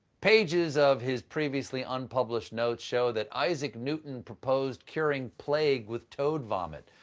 pages of his previously unpublished notes show that isaac newton proposed curing plague with toad vomit,